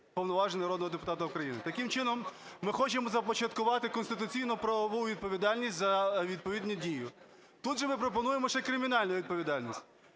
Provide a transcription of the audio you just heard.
повноважень народного депутата України. Таким чином, ми хочемо започаткувати конституційно-правову відповідальність за відповідну дію. Тут же ми пропонуємо ще кримінальну відповідальність.